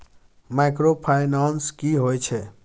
Microfinance की होय छै?